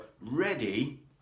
ready